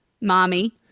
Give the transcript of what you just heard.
Mommy